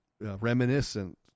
reminiscent